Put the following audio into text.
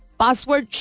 password